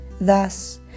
Thus